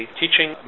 teaching